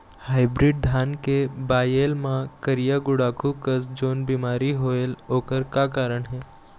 Hybrid धान के बायेल मां करिया गुड़ाखू कस जोन बीमारी होएल ओकर का कारण हे?